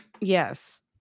Yes